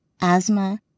asthma